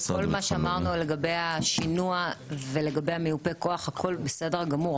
כל מה שאמרנו לגבי השינוע ולגבי ייפוי הכוח הכול בסדר גמור,